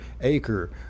acre